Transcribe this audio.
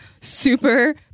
super